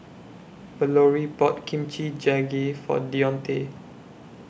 Valorie bought Kimchi Jjigae For Deontae